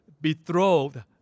betrothed